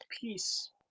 peace